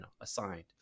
assigned